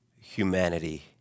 humanity